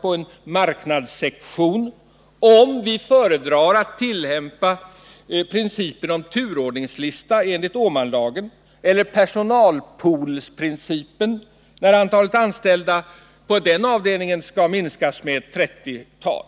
på en marknadssektion i företaget om vi föredrar att tillämpa principen om turordningslista enligt Åmanlagen eller personalpoolsprincipen när antalet anställda på avdelningen skall minskas med ett trettiotal.